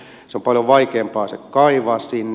on paljon vaikeampaa kaivaa se sinne